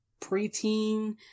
preteen